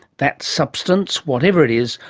that substance, whatever it is,